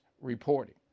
reporting